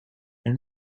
elle